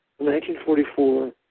1944